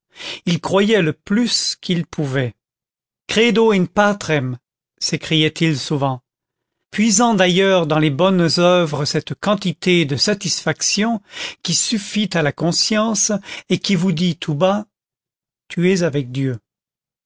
il croyait le plus qu'il pouvait credo in patrem s'écriait-il souvent puisant d'ailleurs dans les bonnes oeuvres cette quantité de satisfaction qui suffit à la conscience et qui vous dit tout bas tu es avec dieu